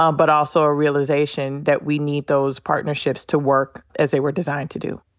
um but also a realization that we need those partnerships to work as they were designed to do.